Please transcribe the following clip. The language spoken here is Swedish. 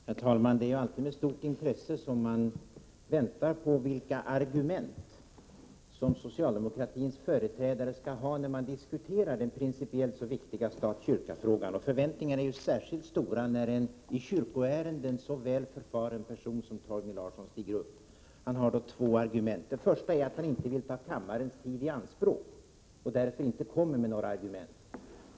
Herr talman! Det är med stort intresse som man väntar på vilka argument socialdemokratins företrädare skall ha när man diskuterar den principiellt så viktiga stat—kyrka-frågan. Förväntningarna är särskilt stora när en i kyrkoärenden så väl förfaren person som Torgny Larsson skall uttala sig. Torgny Larsson har två argument. För det första vill han inte ta kammarens tid i anspråk och vill därför inte föra fram några argument.